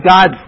God